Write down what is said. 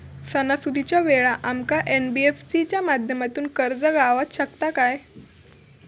सणासुदीच्या वेळा आमका एन.बी.एफ.सी च्या माध्यमातून कर्ज गावात शकता काय?